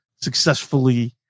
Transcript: successfully